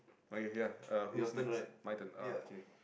okay ya uh who's next my turn oh okay